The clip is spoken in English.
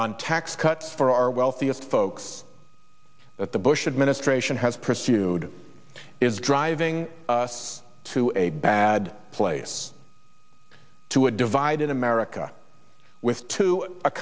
on tax cuts for our wealthiest folks that the bush administration has pursued is driving us to a bad place to a divided america with two